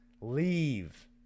Leave